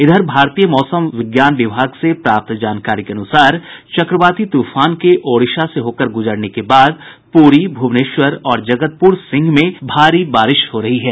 इधर भारतीय मौसम विज्ञान विभाग से प्राप्त जानकारी के अनुसार चक्रवाती तूफान के ओडिशा से होकर गुजरने के बाद पुरी भुवनेश्वर जगतसिंहपुर में भारी बारिश हो रही है